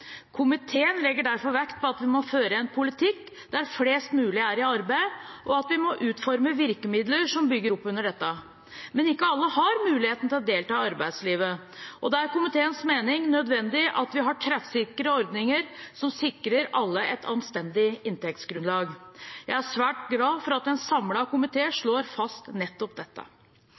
Komiteen legger derfor vekt på at vi må føre en politikk der flest mulig er i arbeid, og at vi må utforme virkemidler som bygger opp under dette. Men ikke alle har muligheten til å delta i arbeidslivet, og det er etter komiteens mening nødvendig at vi har treffsikre ordninger som sikrer alle et anstendig inntektsgrunnlag. Jeg er svært glad for at en